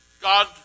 God